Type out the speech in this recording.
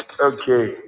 Okay